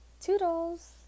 Toodles